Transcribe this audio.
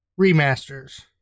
Remasters